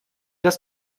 das